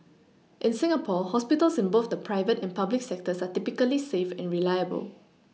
in Singapore hospitals in both the private and public sectors are typically safe and reliable